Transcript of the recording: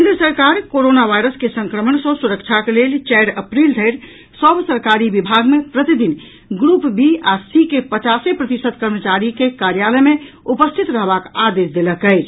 केन्द्र सरकार corona virus के संक्रमण सँ सुरक्षाक लेल चारि अप्रील धरि सभ सरकारी विभाग मे प्रतिदिन ग्रुप बी आ सी के पचासे प्रतिशत कर्मचारी के कार्यालय मे उपस्थित रहबाक आदेश देलक अछि